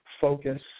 focus